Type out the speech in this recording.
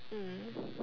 mm